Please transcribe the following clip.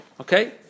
Okay